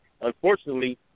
unfortunately